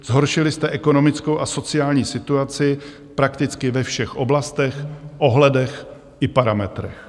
Zhoršili jste ekonomickou a sociální situaci prakticky ve všech oblastech, ohledech i parametrech.